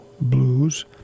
Blues